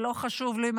לא חשוב לו,